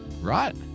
Right